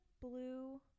blue